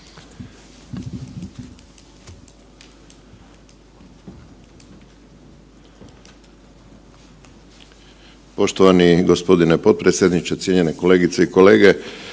Poštovani gospodine potpredsjedniče, poštovane kolegice i kolege,